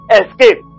escape